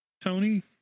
Tony